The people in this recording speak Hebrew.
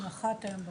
הוא נחת היום בבוקר.